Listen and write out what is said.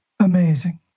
Amazing